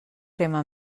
crema